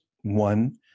One